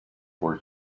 were